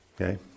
Okay